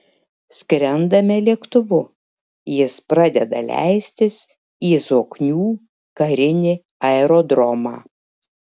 skrendame lėktuvu jis pradeda leistis į zoknių karinį aerodromą